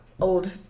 old